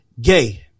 gay